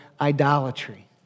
idolatry